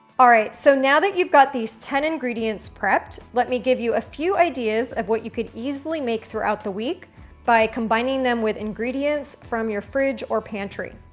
alright. so now that you've got these ten ingredients prepped, let me give you a few ideas of what you could easily make throughout the week by combining them with ingredients from your fridge or pantry.